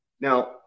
Now